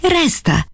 resta